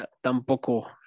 tampoco